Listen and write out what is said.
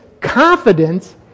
confidence